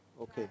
Okay